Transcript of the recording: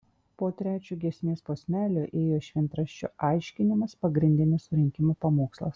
po trečio giesmės posmelio ėjo šventraščio aiškinimas pagrindinis surinkimo pamokslas